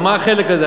מה החלק הזה?